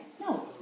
No